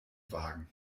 wagen